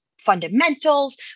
fundamentals